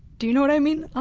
do you know what i mean? ah